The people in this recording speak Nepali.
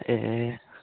ए